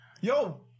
Yo